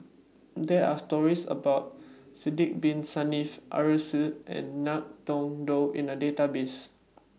There Are stories about Sidek Bin Saniff Arasu and Ngiam Tong Dow in The Database